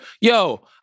yo